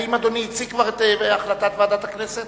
האם אדוני הציג כבר את החלטת ועדת הכנסת?